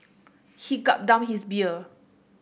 he gulped down his beer